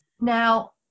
now